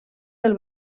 del